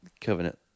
covenant